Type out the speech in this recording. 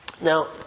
Now